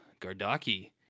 Gardaki